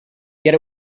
yet